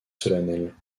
solennelle